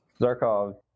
Zarkov